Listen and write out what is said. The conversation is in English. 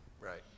Right